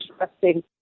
interesting